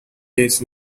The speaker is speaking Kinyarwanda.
yes